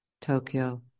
Tokyo